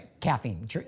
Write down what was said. caffeine